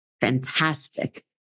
Fantastic